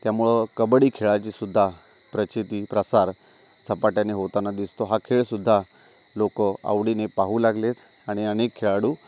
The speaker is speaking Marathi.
त्यामुळं कबड्डी खेळाची सुद्धा प्रचिती प्रसार झपाट्याने होताना दिसतो हा खेळ सुद्धा लोक आवडीने पाहू लागलेत आणि अनेक खेळाडू